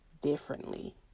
differently